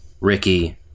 Ricky